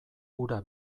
ura